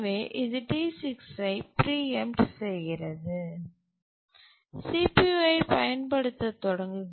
எனவே இது T6 ஐ பிரீஎம்ட் செய்கிறது CPUஐப் பயன்படுத்தத் தொடங்குகிறது